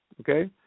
okay